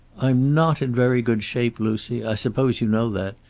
i'm not in very good shape, lucy. i suppose you know that.